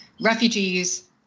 Refugees